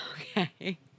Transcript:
Okay